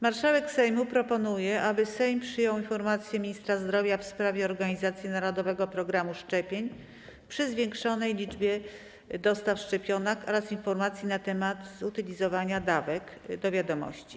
Marszałek Sejmu proponuje, aby Sejm przyjął informację Ministra Zdrowia w sprawie organizacji Narodowego Programu Szczepień przy zwiększonej liczbie dostaw szczepionek oraz informacji na temat zutylizowania dawek do wiadomości.